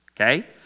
Okay